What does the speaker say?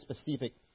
specific